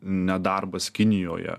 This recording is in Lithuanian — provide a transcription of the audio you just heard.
nedarbas kinijoje